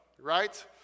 right